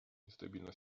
нестабильной